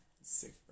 Sick